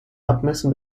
abmessen